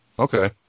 Okay